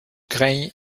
grey